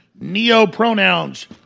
neo-pronouns